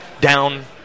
down